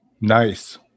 Nice